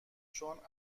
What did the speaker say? چون